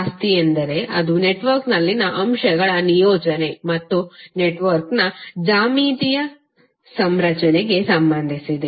ಆಸ್ತಿಯೆಂದರೆ ಅದು ಇದು ನೆಟ್ವರ್ಕ್ನಲ್ಲಿನ ಅಂಶಗಳ ನಿಯೋಜನೆ ಮತ್ತು ನೆಟ್ವರ್ಕ್ನ ಜ್ಯಾಮಿತೀಯ ಸಂರಚನೆಗೆ ಸಂಬಂಧಿಸಿದೆ